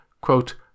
quote